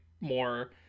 more